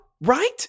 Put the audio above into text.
Right